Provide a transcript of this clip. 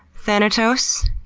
thanatos,